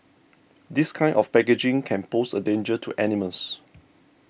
this kind of packaging can pose a danger to animals